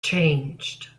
changed